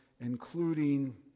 including